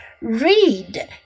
read